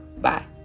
bye